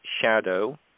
Shadow